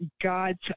God's